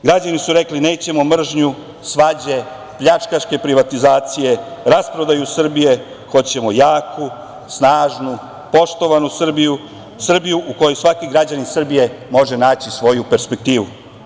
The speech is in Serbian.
Građani su rekli – nećemo mržnju, svađe, pljačkaške privatizacije, rasprodaju Srbije, hoćemo jaku, snažnu, poštovanu Srbiju, Srbiju u kojoj svaki građanin Srbije može naći svoju perspektivu.